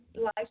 life